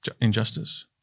injustice